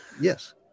Yes